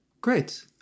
Great